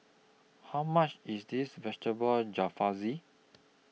How much IS Vegetable Jalfrezi